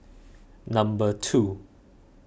number two